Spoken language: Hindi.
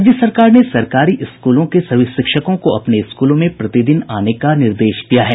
राज्य सरकार ने सरकारी स्कूलों के सभी शिक्षकों को अपने स्कूलों में प्रतिदिन आने का निर्देश दिया है